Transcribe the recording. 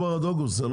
פה מדובר עד אוגוסט.